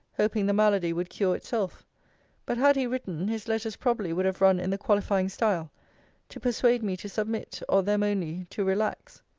hoping the malady would cure itself but had he written, his letters probably would have run in the qualifying style to persuade me to submit, or them only to relax.